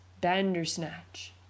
bandersnatch